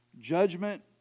Judgment